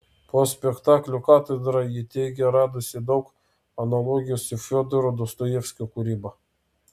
po spektaklio katedra ji teigė radusi daug analogijų su fiodoro dostojevskio kūryba